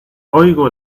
oigo